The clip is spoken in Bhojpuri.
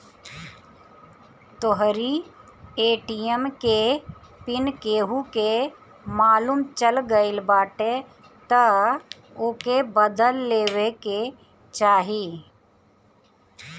तोहरी ए.टी.एम के पिन केहू के मालुम चल गईल बाटे तअ ओके बदल लेवे के चाही